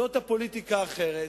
זאת הפוליטיקה האחרת,